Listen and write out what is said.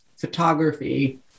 photography